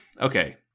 okay